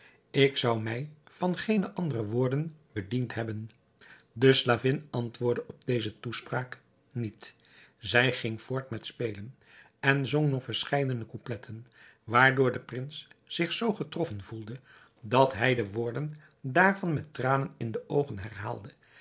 ik zou mij van geene andere woorden bediend hebben de slavin antwoordde op deze toespraak niet zij ging voort met spelen en zong nog verscheidene coupletten waardoor de prins zich zoo getroffen gevoelde dat hij de woorden daarvan met tranen in de oogen